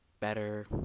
better